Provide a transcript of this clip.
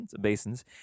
basins